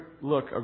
look